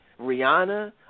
Rihanna